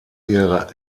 ihre